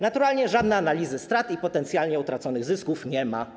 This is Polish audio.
Naturalnie żadnej analizy strat i potencjalnie utraconych zysków nie ma.